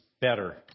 better